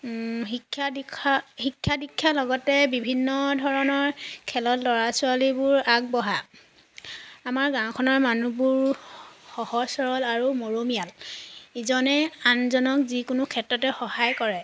শিক্ষা দীক্ষা শিক্ষা দীক্ষাৰ লগতে বিভিন্ন ধৰণৰ খেলত ল'ৰা ছোৱালীবোৰ আগবঢ়া আমাৰ গাঁওখনৰ মানুহবোৰ সহজ সৰল আৰু মৰমীয়াল ইজনে আনজনক যিকোনো ক্ষেত্ৰতে সহায় কৰে